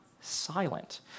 silent